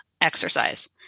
exercise